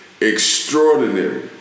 extraordinary